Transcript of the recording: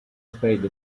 spade